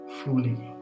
fully